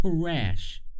crash